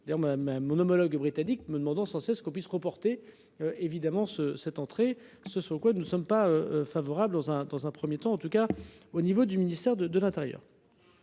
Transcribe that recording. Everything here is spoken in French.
d'ailleurs ma main mon homologue britannique me demandant sans cesse qu'on puisse reporter. Évidemment ce. Cette entrée ce sont quoi. Nous ne sommes pas favorables dans un, dans un premier temps en tout cas au niveau du ministère de l'Intérieur.